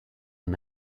and